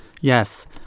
yes